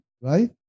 right